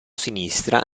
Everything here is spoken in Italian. sinistra